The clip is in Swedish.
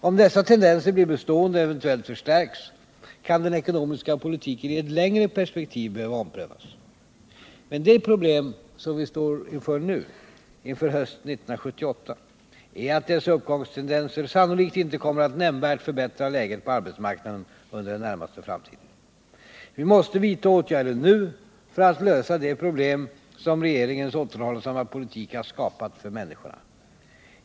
Om dessa tendenser blir bestående och eventuellt förstärks, kan den ekonomiska politiken i ett längre perspektiv behöva omprövas. Men det problem som vi nu står inför hösten 1978 är att dessa uppgångstendenser sannolikt inte kommer att nämnvärt förbättra läget på arbetsmarknaden under den närmaste framtiden. Vi måste vidta åtgärder nu för att lösa de problem som regeringens återhållsamma politik har skapat för människorna.